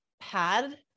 pad